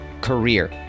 career